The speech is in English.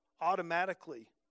automatically